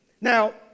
Now